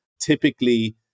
Typically